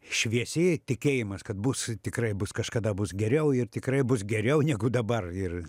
šviesi tikėjimas kad bus tikrai bus kažkada bus geriau ir tikrai bus geriau negu dabar ir